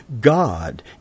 God